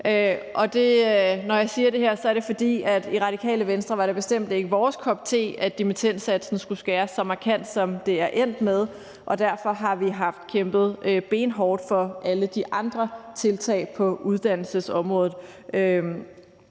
i Radikale Venstre, at dimittendsatsen skulle skæres så markant, som det er endt med, og derfor har vi kæmpet benhårdt for alle de andre tiltag på uddannelsesområdet.